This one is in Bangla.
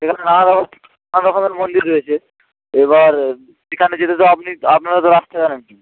সেখানে নানা রকম নানা রকমের মন্দির রয়েছে এবার সেখানে যেতে তো আপনি আপনারা তো রাস্তা জানেন নি